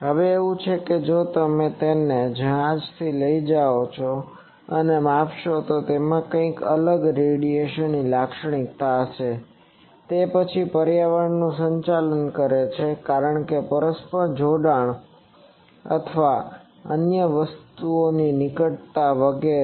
હવે એવું છે કે જો તમે તેને જહાજથી લઈ જાઓ અને માપશો તો તેમાં કંઇક અલગ રેડિયેશનની લાક્ષણિકતા હશે તે પછી તે પર્યાવરણનું સંચાલન કરે છે કારણ કે પરસ્પર જોડાણ અને અન્ય વસ્તુઓની નિકટતા વગેરે